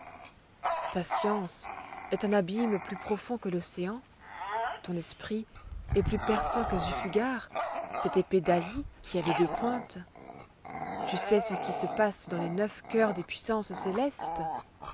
ta science est un abîme plus profond que l'océan ton esprit est plus perçant que zufagar cette épée d'ali qui avait deux pointes tu sais ce qui se passe dans les neuf chœurs des puissances célestes